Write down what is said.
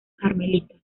carmelita